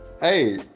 Hey